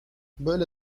böyle